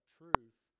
truth